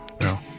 No